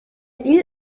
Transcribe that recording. ill